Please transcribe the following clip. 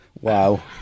Wow